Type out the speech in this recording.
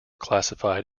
classified